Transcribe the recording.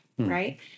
Right